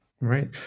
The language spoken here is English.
Right